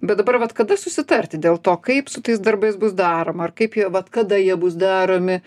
bet dabar vat kada susitarti dėl to kaip su tais darbais bus daroma ar kaip jie vat kada jie bus daromi